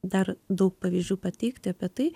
dar daug pavyzdžių pateikti apie tai